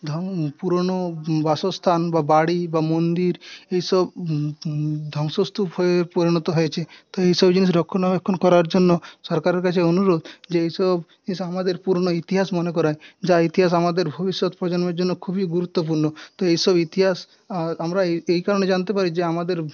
পুরনো বাসস্থান বা বাড়ি বা মন্দির এইসব ধ্বংসস্তূপ হয়ে পরিণত হয়েছে তো এই সব জিনিস রক্ষণাবেক্ষণ করার জন্য সরকারের কাছে অনুরোধ যে এইসব এইসব আমাদের পুরনো ইতিহাস মনে করায় যা ইতিহাস আমাদের ভবিষ্যৎ প্রজন্মের জন্য খুবই গুরুত্বপূর্ণ তো এইসব ইতিহাস আমরা এই কারণে জানতে পারি যে আমাদের